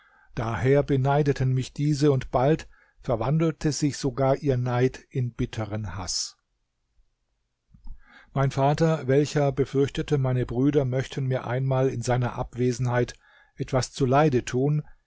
daher beneideten mich diese und bald verwandelte sich sogar ihr neid in bitteren haß mein vater welcher befürchtete meine brüder möchten mir einmal in seiner abwesenheit etwas zuleide tun